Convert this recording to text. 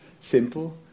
simple